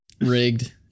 rigged